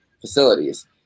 facilities